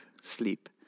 sleep